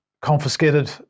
confiscated